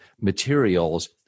materials